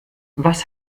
was